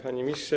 Panie Ministrze!